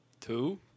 Two